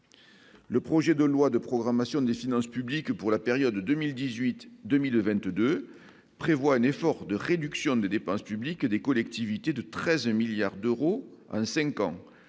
Le projet de loi de programmation des finances publiques pour la période 2018, 2022 prévoit un effort de réduction des dépenses publiques des collectivités de 13 milliards d'euros en 5 ans